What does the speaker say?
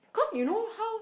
cause you know how